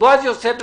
בועז יוסף,